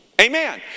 Amen